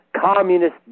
communist